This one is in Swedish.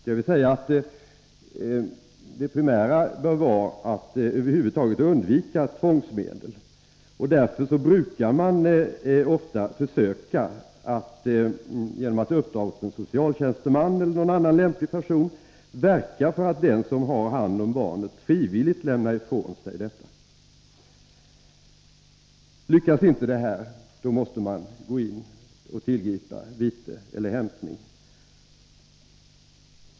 Det primära bör vara att över huvud taget undvika tvångsmedel. Därför brukar man ofta uppdra åt en socialtjänsteman eller någon annan lämplig person att verka för att den som har hand om barnet frivilligt lämnar barnet ifrån sig. Lyckas inte det, måste man tillgripa vite eller hämtning.